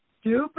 stupid